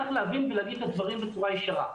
צריך להבין ולהגיד את הדברים בצורה ישרה.